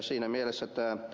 siinä mielessä tämä ed